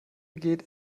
geht